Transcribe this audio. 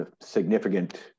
significant